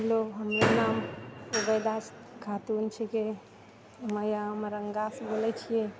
hello हमर नाम सूबैदा खातून छिकै हम वरङ्गासँ बोलै छिए